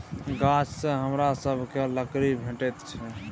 गाछसँ हमरा सभकए लकड़ी भेटैत छै